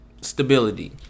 stability